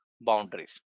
boundaries